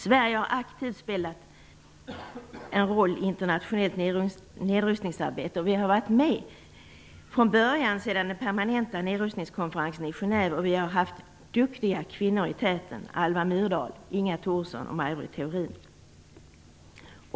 Sverige har aktivt spelat en roll i internationella nedrustningsarbete. Vi har varit med från början sedan den permanenta nedrustningskonferensen i Genève. Vi har haft duktiga kvinnor i täten, Alva Myrdal, Inga Thorsson och Maj Britt Theorin.